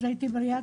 אז הייתי בריאה,